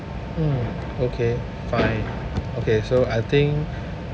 mm okay fine okay so I think